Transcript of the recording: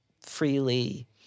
freely